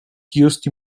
used